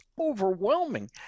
overwhelming